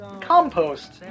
Compost